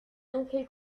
ángel